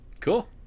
Cool